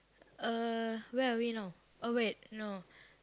uh where are we now oh wait no